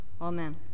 Amen